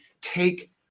take